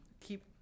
keep